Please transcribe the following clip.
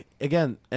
Again